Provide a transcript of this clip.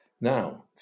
Now